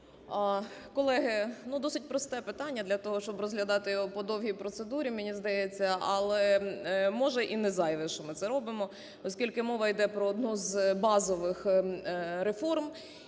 Колеги, ну, досить просте питання для того, щоб розглядати його по довгій процедурі, мені здається, але, може, і не зайве, що ми це робимо, оскільки мова іде про одну з базових реформ